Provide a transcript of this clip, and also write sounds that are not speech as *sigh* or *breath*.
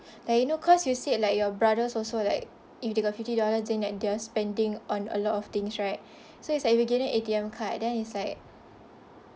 *breath* like you know cause you said like your brothers also like if they got fifty dollar then like they all spending on a lot of things right so it's like we give them A_T_M card then is like